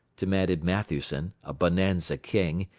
demanded matthewson, a bonanza king,